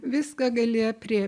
viską gali aprėpti